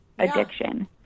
addiction